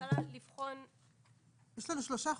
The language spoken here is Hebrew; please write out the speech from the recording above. הממשלה לבחון --- יש לנו פה שלושה חוקים.